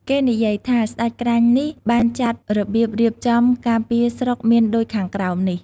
គេនិយាយថា ស្តេចក្រាញ់នេះ បានចាត់របៀបរៀបចំ ការពារស្រុកមានដូចខាងក្រោមនេះ។